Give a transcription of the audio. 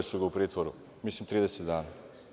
Držali su ga u pritvoru mislim 30 dana.